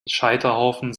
scheiterhaufen